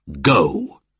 go